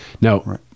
Now